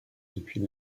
depuis